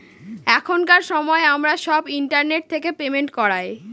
এখনকার সময় আমরা সব ইন্টারনেট থেকে পেমেন্ট করায়